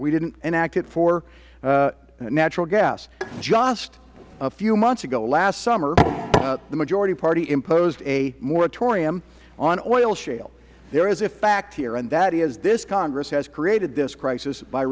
we didn't enact it for natural gas just a few months ago last summer the majority party imposed a moratorium on oil shale there is a fact here and that is this congress has created this crisis by